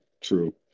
true